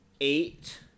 Eight